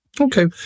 Okay